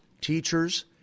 teachers